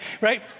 right